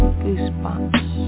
goosebumps